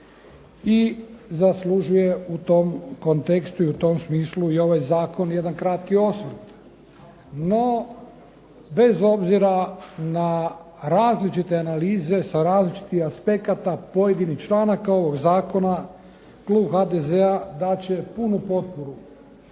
i zaslužuje u tom kontekstu i u tom smislu i ovaj zakon jedan kratki osvrt. No bez obzira na različite analize, sa različitih aspekata pojedinih članaka ovog zakona klub HDZ-a dat će punu potporu